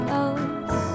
else